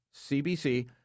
CBC